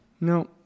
No